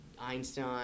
Einstein